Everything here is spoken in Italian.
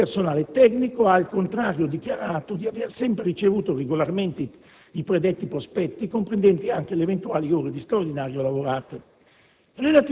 il personale tecnico, al contrario, ha dichiarato di aver sempre ricevuto regolarmente i predetti prospetti, comprendenti anche le eventuali ore di straordinario lavorate.